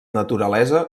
naturalesa